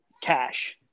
cash